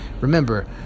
remember